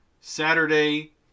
Saturday